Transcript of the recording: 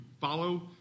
Follow